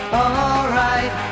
alright